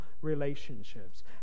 relationships